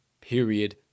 period